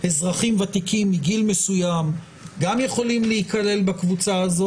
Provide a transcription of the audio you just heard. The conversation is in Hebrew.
אזרחים ותיקים מגיל מסוים גם יכולים להיכלל בקבוצה הזאת.